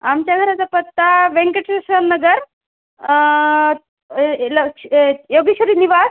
आमच्या घराचा पत्ता व्यंकेटशा नगर ए ल योगेश्वरी निवास